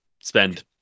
spend